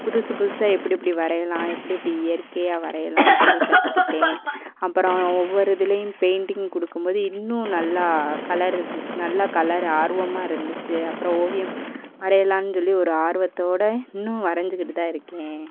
புதுசு புதுசாக எப்படி எப்படி வரையலாம் எப்படி எப்படி இயற்கையாக வரையலாம்னு சொல்லி கற்றுக்கிட்டேன் அப்புறம் ஒவ்வொரு இதிலயும் பெயிண்ட்டிங் கொடுக்கும் போது இன்னும் நல்லா கலர் இருந்து நல்லா கலர் ஆர்வமாக இருந்துச்சு அப்புறம் ஓவியம் வரையலாம்னு சொல்லி ஒரு ஆர்வத்தோடய இன்னும் வரைஞ்சிக்கிட்டு தான் இருக்கேன்